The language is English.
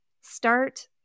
start